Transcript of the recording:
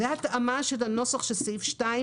זאת התאמה של הנוסח של סעיף 2,